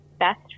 best